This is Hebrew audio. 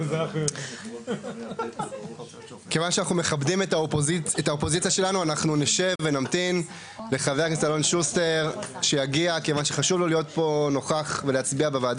כיוון שאין הסתייגויות אנחנו בעצם נצביע.